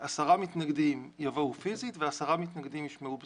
10 מתנגדים יבואו פיסית ו-10 מתנגדים ישמעו ב"זום".